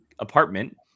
apartment